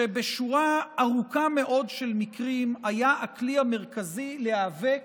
שבשורה ארוכה מאוד של מקרים היה הכלי המרכזי להיאבק